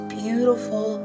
beautiful